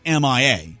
MIA